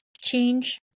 change